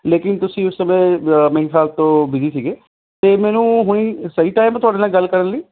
ਲੇਕਿਨ ਤੁਸੀਂ ਉਸ ਸਮੇਂ ਮੇਰੇ ਖਿਆਲ ਤੋਂ ਬਿਜ਼ੀ ਸੀਗੇ ਅਤੇ ਮੈਨੂੰ ਹੁਣ ਸਹੀ ਟਾਈਮ ਤੁਹਾਡੇ ਨਾਲ ਗੱਲ ਕਰਨ ਲਈ